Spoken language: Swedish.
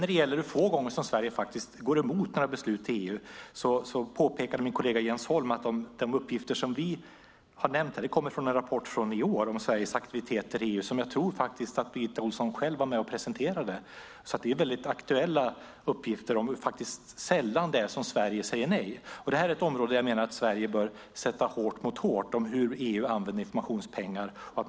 När det gäller hur få gånger Sverige går emot beslut i EU påpekade Jens Holm att de uppgifter som vi har nämnt kommer från en rapport från i år om Sveriges aktivitet i EU, som jag tror att Birgitta Ohlsson var med och presenterade. Det är alltså aktuella uppgifter om hur sällan Sverige säger nej. Hur EU använder informationspengar är ett område där Sverige bör sätta hårt mot hårt.